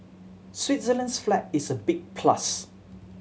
Switzerland's flag is a big plus